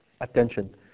attention